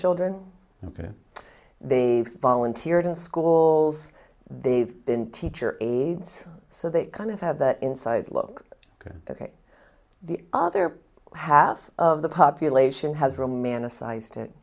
children and they've volunteered in schools they've been teacher aides so they kind of have that inside look ok the other half of the population has romanticized it